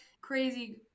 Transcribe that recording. crazy